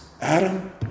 Adam